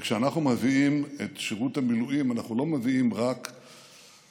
וכשאנחנו מביאים את שירות המילואים אנחנו לא מביאים רק כתפיים,